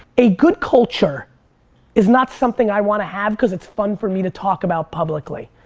a good culture is not something i want to have cause it's fun for me to talk about publicly.